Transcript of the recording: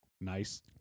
nice